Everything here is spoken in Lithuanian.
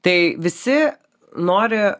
tai visi nori